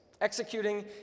executing